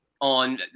on